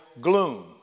gloom